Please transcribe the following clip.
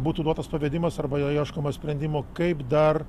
būtų duotas pavedimas arba jo ieškoma sprendimų kaip dar